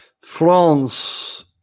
France